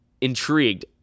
intrigued